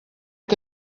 que